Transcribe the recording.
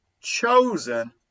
chosen